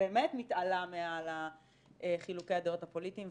שבאמת מתעלה מעל חילוקי הדעות הפוליטיים,